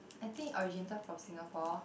I think it originated from Singapore